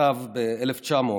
כתב ב-1900: